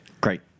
Great